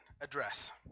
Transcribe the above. address